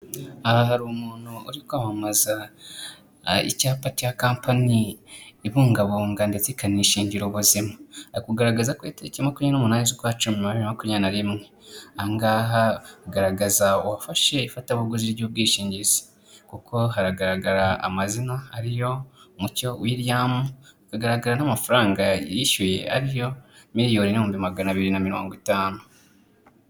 Aha hari umuntu uri kwamamaza icyapa cya kampani ibungabunga ndetse ikanishingira ubuzima, ari kugaragaza ko le tariki makumyabiri n'umunani z'ukwacumi bibiri na makumyabiri na rimwe, aha ngaha agaragaza uwafashe ifatabuguzi ry'ubwishingizi kuko haragaragara amazina ariyo Mucyo william, hakagaragara n'amafaranga yishyuye ariyo miliyoni n'ihumbi magana abiri na mirongo itanu.